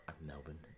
Melbourne